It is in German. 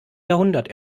jahrhundert